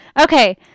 Okay